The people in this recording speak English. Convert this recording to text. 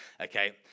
Okay